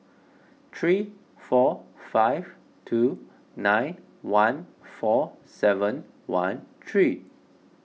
three four five two nine one four seven one three